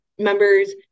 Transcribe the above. members